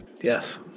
Yes